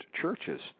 churches